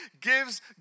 gives